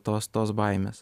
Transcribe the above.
tos tos baimės